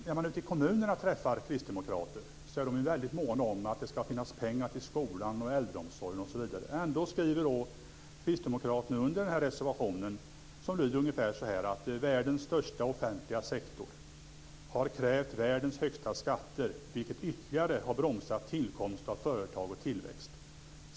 När man i kommunerna träffar kristdemokrater är de måna om att det ska finnas pengar till skolan, äldreomsorgen osv. Ändå skriver kristdemokraterna under reservationen som lyder att världens största offentliga sektor har krävt världens högsta skatter, vilket ytterligare har bromsat tillkomst av företag och tillväxt.